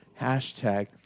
Hashtag